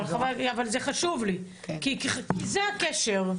זה חשוב לי, כי זה הקשר.